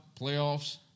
playoffs